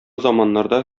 заманнарда